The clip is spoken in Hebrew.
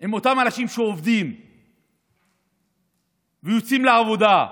עם אותם אנשים שעובדים ויוצאים לעבודה,